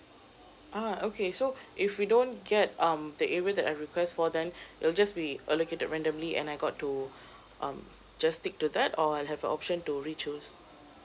ah okay so if we don't get um the area that I request for then it'll just be allocated randomly and I got to um just stick to that or I'll have a option to re choose